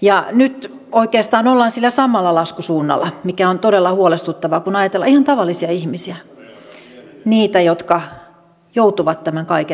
ja nyt oikeastaan ollaan sillä samalla laskusuunnalla mikä on todella huolestuttavaa kun ajatellaan ihan tavallisia ihmisiä niitä jotka joutuvat tämän kaiken maksumiehiksi